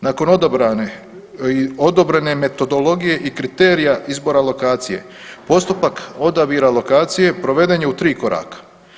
Nakon odabrane i odobrene metodologije i kriterija izbora lokacije postupak odabira lokacije proveden je u tri koraka.